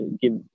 give